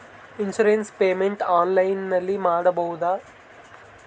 Insurance payment ಆನ್ಲೈನಿನಲ್ಲಿ ಮಾಡಬಹುದಾ?